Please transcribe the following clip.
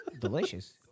Delicious